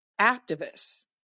activists